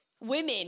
women